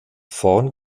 vorn